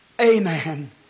Amen